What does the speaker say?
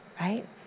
right